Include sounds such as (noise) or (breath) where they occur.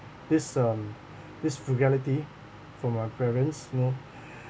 this um (breath) this frugality from my parents you know (breath)